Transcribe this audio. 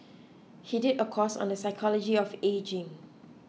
he did a course on the psychology of ageing